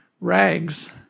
rags